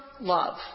love